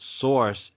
source